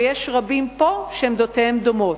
ויש פה רבים שעמדותיהם דומות.